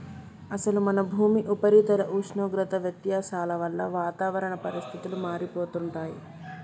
అసలు మన భూమి ఉపరితల ఉష్ణోగ్రత వ్యత్యాసాల వల్ల వాతావరణ పరిస్థితులు మారిపోతుంటాయి